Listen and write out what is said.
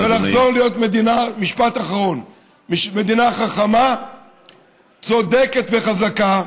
לחזור להיות מדינה חכמה, צודקת וחזקה.